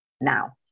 now